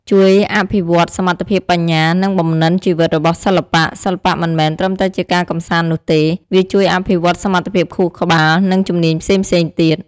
ជួយអភិវឌ្ឍសមត្ថភាពបញ្ញា និងបំណិនជីវិតរបស់សិស្ស: សិល្បៈមិនមែនត្រឹមតែជាការកម្សាន្តនោះទេ វាជួយអភិវឌ្ឍន៍សមត្ថភាពខួរក្បាល និងជំនាញផ្សេងៗទៀត។